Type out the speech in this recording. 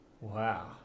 Wow